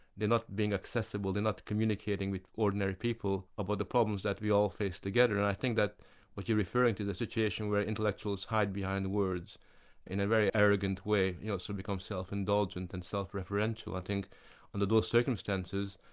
they're not being accessible, they're not communicating with ordinary people about the problems that we all face together, and i think that's what you're referring to the situation where intellectuals hide behind words in a very arrogant way, you know, and so become self-indulgent and self-referential. i think under those circumstances,